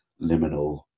liminal